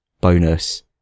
bonus